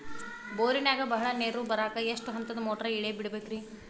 ಬೋರಿನಾಗ ಬಹಳ ನೇರು ಬರಾಕ ಎಷ್ಟು ಹಂತದ ಮೋಟಾರ್ ಇಳೆ ಬಿಡಬೇಕು ರಿ?